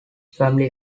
family